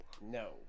No